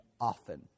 often